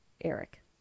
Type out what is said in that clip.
Eric